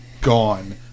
gone